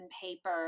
paper